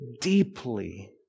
deeply